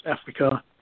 Africa